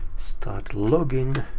start logging,